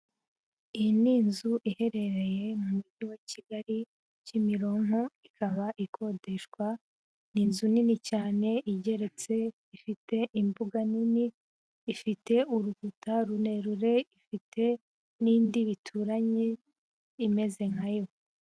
Iyi ni inzu iherereye mu mujyi wa Kigali, Kimironko, ikaba ikodeshwa, ni inzu nini cyane igeretse, ifite imbuga nini, ifite urukuta rurerure, ifite n'indi bituranye imeze nka yo.